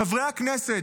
חברי הכנסת,